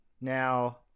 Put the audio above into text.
Now